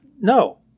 No